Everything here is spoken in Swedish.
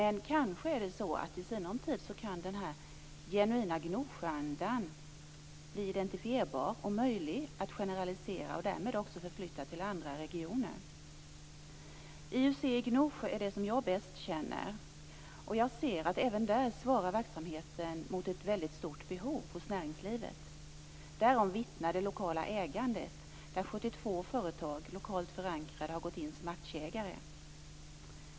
Men kanske är det så att i sinom tid kan den här genuina Gnosjöandan bli identifierbar och möjlig att generalisera och därmed också möjlig att förflytta till andra regioner. IUC i Gnosjö är det som jag bäst känner, och jag ser att även där svarar verksamheten mot ett väldigt stort behov hos näringslivet. Därom vittnar det lokala ägandet där 72 företag, lokalt förankrade, har gått in som aktieägare.